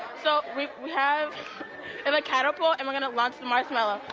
so we have um kind of but and we're going to launch the marshmallow.